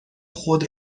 خود